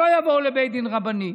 שלא יבואו לבית דין רבני,